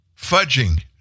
Fudging